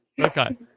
Okay